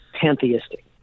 pantheistic